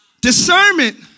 Discernment